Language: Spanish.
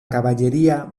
caballería